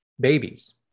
babies